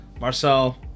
Marcel